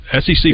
SEC